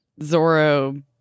Zorro